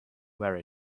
wear